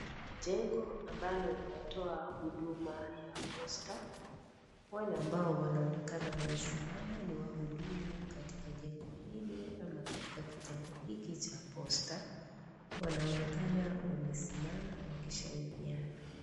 Jengo ambalo linatoa huduma ya [cs) poster , wale ambao wanaonekana wamesimama ni wahudumu katika jengo hili ama katika kitengo hiki cha poster . Wanaonekana wamesimama wakishauriana.